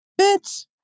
Bitch